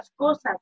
cosas